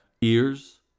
ears